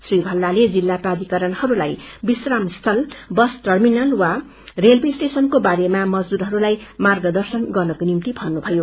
श्री भल्लाले जिल्लाप प्राधिकारणलाई विश्राम स्थल बस टर्मिनल वा रेलवे स्टेशनको बारेमा मजदूरहरूलाई मार्गदश्चन गर्ने कुरोमा बल दिनुभयो